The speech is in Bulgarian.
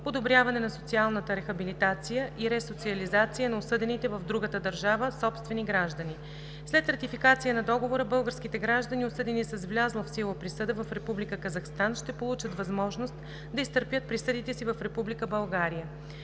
подобряване на социалната рехабилитация и ресоциализация на осъдените в другата държава собствени граждани. След ратификация на Договора българските граждани, осъдени с влязла в сила присъда в Република Казахстан, ще получат възможност да изтърпят присъдите си в Република България.